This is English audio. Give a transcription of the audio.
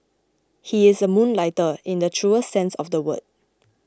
he is a moonlighter in the truest sense of the word